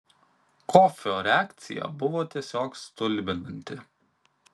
kofio reakcija buvo tiesiog stulbinanti